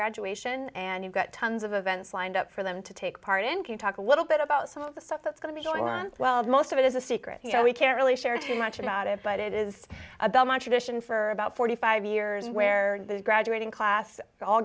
graduation and you've got tons of events lined up for them to take part in can you talk a little bit about some of the stuff that's going to be going on well most of it is a secret so we can't really share too much about it but it is a belmont tradition for about forty five years where the graduating class all